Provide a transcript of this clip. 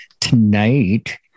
tonight